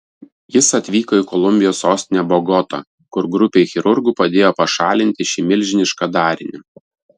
jis atvyko į kolumbijos sostinę bogotą kur grupei chirurgų padėjo pašalinti šį milžinišką darinį